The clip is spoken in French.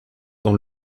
dans